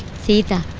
sita.